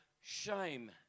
shame